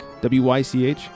W-Y-C-H